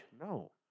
No